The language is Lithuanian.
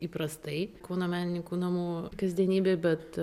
įprastai kauno menininkų namų kasdienybė bet